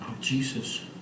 Jesus